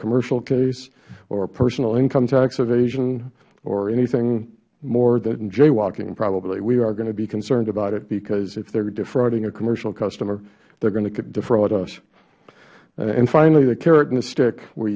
commercial case or a personal income tax evasion or anything more than jaywalking probably we are going to be concerned about it because if they are defrauding a commercial customer they are going to defraud us finally the